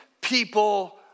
people